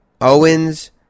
Owens